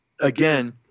again